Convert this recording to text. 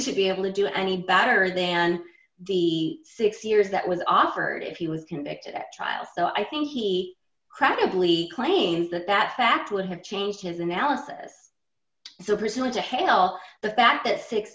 to be able to do any better than the six years that was offered if he was convicted at trial so i think he credibly claims that that fact would have changed his analysis so priscilla to hail the fact that six